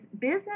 business